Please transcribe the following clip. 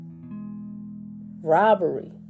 robbery